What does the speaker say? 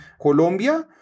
Colombia